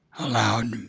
aloud